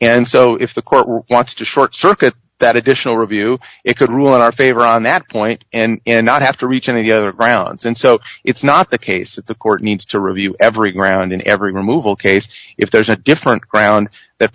and so if the court wants to short circuit that additional review it could ruin our favor on that point and not have to reach any other grounds and so it's not the case that the court needs to review every ground in every removal case if there's a different ground that